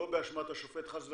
לא באשמת השופט חס וחלילה,